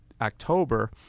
October